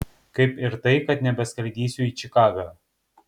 kaip ir tai kad nebeskraidysiu į čikagą